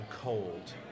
cold